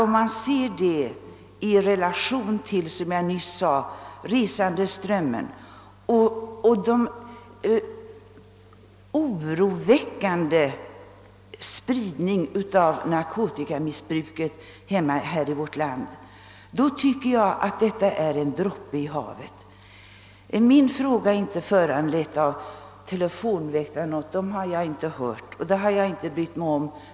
Om man ser detta i relation till, som jag nyss sade, resandeströmmen och den oroväckande spridningen av narkotikamissbruket här i vårt land, tycker jag att detta personaltillskott är en droppe i havet. Min fråga är inte föranledd av telefonväktarna. Dem har jag inte hört och dem har jag inte brytt mig om.